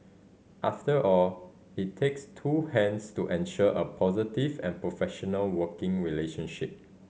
after all it takes two hands to ensure a positive and professional working relationship